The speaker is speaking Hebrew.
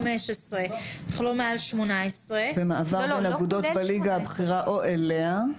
גיל 15 אך לא מעל 18. במעבר בין אגודות בליגה הבכירה או אליה.